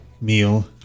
Meal